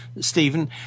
Stephen